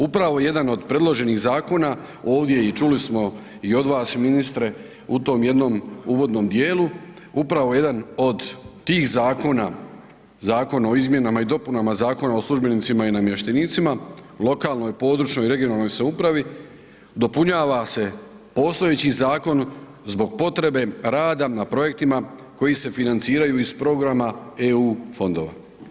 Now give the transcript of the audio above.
Upravo jedan od predloženih zakona, ovdje i čuli smo i od vas ministre, u tom jednom uvodnom dijelu, upravo jedan od tih zakona, Zakona o izmjenama i dopunama Zakona o službenicima i namještenicima u lokalnoj i područnoj (regionalnoj) samoupravi dopunjava se postojeći zakon zbog potrebe rada na projektima koji se financiraju iz programa EU fondova.